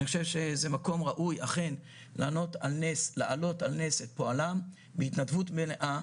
אני חושב שאכן זה מקום ראוי להעלות על נס את פועלם בהתנדבות מלאה,